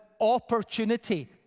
opportunity